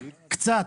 קצת.